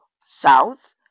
south